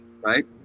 right